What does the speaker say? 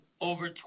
over